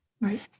right